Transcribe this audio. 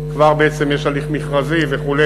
ובעצם כבר יש הליך מכרזי וכו',